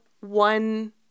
one